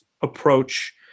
approach